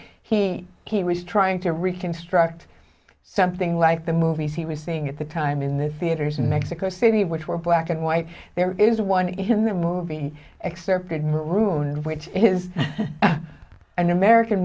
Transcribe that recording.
he he raised trying to reconstruct something like the movies he was seeing at the time in the theaters in mexico city which were black and white there is one to him the movie excerpted marooned which is an american